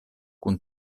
kun